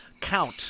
count